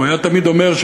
הוא תמיד היה אומר,